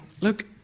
look